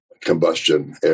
combustion